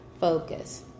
focus